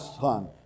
son